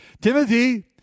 Timothy